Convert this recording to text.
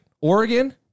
Oregon